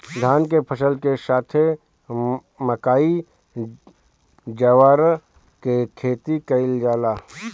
धान के फसल के साथे मकई, जवार के खेती कईल जाला